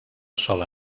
sola